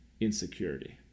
insecurity